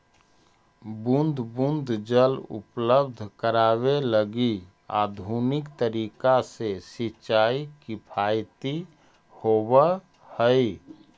बूंद बूंद जल उपलब्ध करावे लगी आधुनिक तरीका से सिंचाई किफायती होवऽ हइ